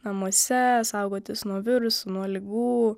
namuose saugotis nuo virusų nuo ligų